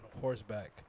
horseback